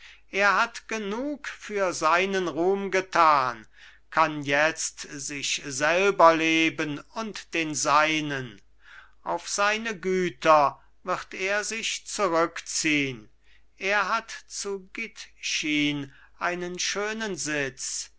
er hat genug für seinen ruhm getan kann jetzt sich selber leben und den seinen auf seine güter wird er sich zurückziehn er hat zu gitschin einen schönen sitz